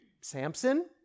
Samson